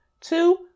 Two